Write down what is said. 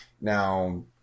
Now